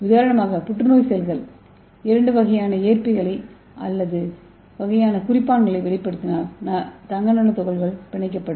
உதாரணமாக புற்றுநோய் செல்கள் இரண்டு வகையான ஏற்பிகளை அல்லது இரண்டு வகையான குறிப்பான்களை வெளிப்படுத்தினால் நானோ துகள்கள் பிணைக்கப்படும்